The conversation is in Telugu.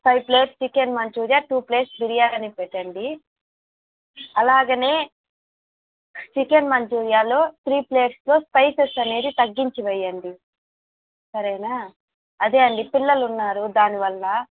five plates chicken Manchuria two plates biryani పెట్టండి అలాగానే చికెన్ మంచురియాలో త్రీ ప్లేట్స్ స్పైసెస్ అనేది తగ్గించి వేయండి సరేనా అదే అండీ పిల్లలున్నారు దాని వల్ల